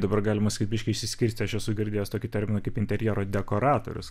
dabar galima sakyti biškį išsiskirstė aš esu girdėjęs tokį terminą kaip interjero dekoratorius